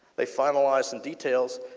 they finalized and details.